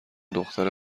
دختره